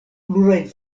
plurajn